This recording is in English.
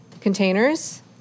containers